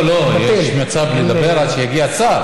לא, יש מצב לדבר עד שיגיע השר.